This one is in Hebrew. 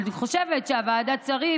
אבל אני חושבת שוועדת שרים,